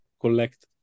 collect